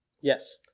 Yes